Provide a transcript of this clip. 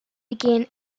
began